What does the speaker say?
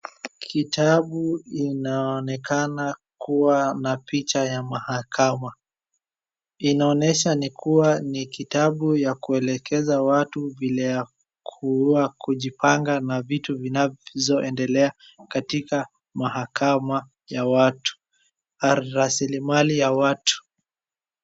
Kitabu inaonekana kuwa na picha ya mahakama. Inaonyesha ni kuwa ni kitabu ya kwelekeza watu vile ya kuwa kujipanga na vitu vinazo endelea katika mahakama ya watu rasilimali ya watu.